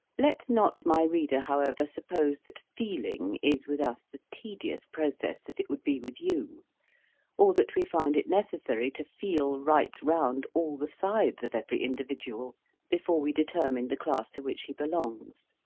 let not my reader however suppose that feeling is with us the tedious process that it would be with you or that we find it necessary to feel right round all the sides of every individual before we determine the class to which he belongs.